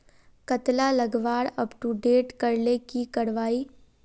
कतला लगवार अपटूडेट करले की करवा ई?